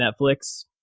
Netflix